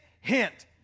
hint